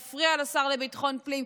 מפריע לשר לביטחון פנים,